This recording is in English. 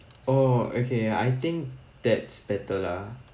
oh okay I think that's better lah